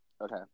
Okay